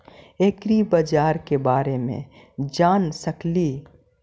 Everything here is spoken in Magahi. ऐग्रिबाजार के बारे मे जान सकेली?